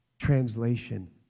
Translation